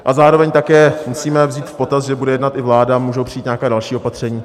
A zároveň také musíme vzít v potaz, že bude jednat i vláda, můžou přijít nějaká další opatření.